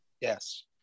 Yes